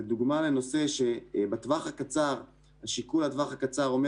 זה דוגמה לנושא שהשיקול לטווח הקצר אומר